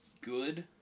good